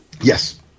yes